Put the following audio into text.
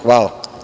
Hvala.